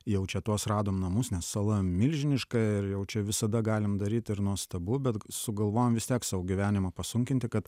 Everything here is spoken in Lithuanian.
jau čia tuos radom namus nes sala milžiniška ir jau čia visada galim daryt ir nuostabu bet sugalvojom vis tiek sau gyvenimą pasunkinti kad